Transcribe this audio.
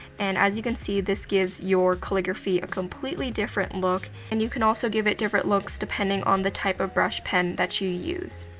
and as you can see, this gives your calligraphy a completely different look. and you can also give it different looks depending on the type of brush pen that you use.